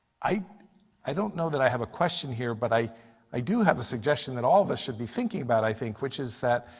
i i don't know that i have a question here, but i i do have a suggestion that all of us should be thinking about i think, which is that